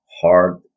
hard